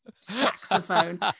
saxophone